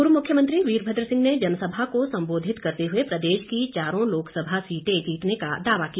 पूर्व मुख्यमंत्री वीरभद्र सिंह ने जनसभा को संबोधित करते हुए प्रदेश की चारों लोकसभा सीटे जीतने का दावा किया